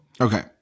Okay